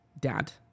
dad